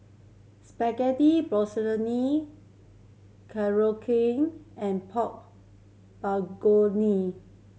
Spaghetti Korokke and Pork Bulgoni